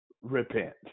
repent